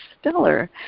stellar